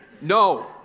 No